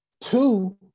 Two